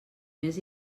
més